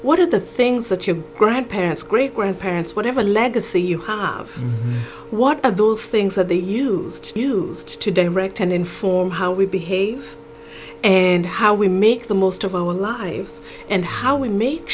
what are the things that your grandparents great grandparents whatever legacy you have what are those things that they used used to direct and inform how we behave and how we make the most of our lives and how we ma